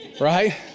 right